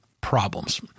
problems